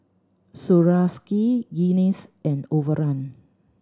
Swarovski Guinness and Overrun